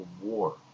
war